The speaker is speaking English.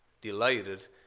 delighted